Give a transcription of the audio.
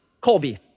Colby